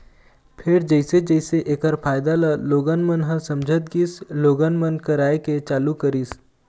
फेर जइसे जइसे ऐखर फायदा ल लोगन मन ह समझत गिस लोगन मन कराए के चालू करिस